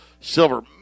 silver